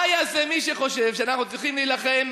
מה יעשה מי שחושב שאנחנו צריכים להילחם,